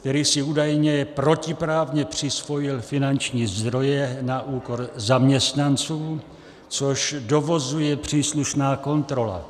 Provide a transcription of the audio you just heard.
který si údajně protiprávně přisvojil finanční zdroje na úkor zaměstnanců, což dovozuje příslušná kontrola.